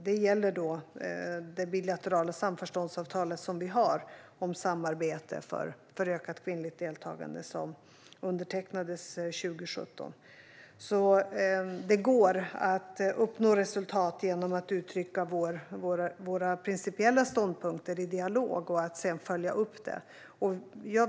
Det gäller då vårt bilaterala samförståndsavtal om samarbete för ökat kvinnligt deltagande som undertecknades 2017. Det går alltså att uppnå resultat genom att uttrycka våra principiella ståndpunkter i dialog och att sedan följa upp detta.